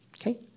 Okay